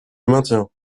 maintiens